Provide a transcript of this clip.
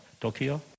Tokyo